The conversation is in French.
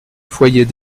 foyer